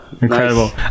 Incredible